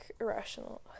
irrational